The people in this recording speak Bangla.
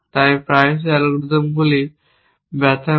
তাই প্রায়শই অ্যালগরিদমগুলি ব্যথা করে